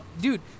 dude